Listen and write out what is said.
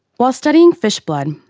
while studying fish blood,